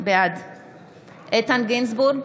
בעד איתן גינזבורג,